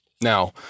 Now